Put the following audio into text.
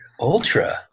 ultra